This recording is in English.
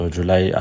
July